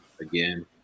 again